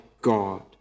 God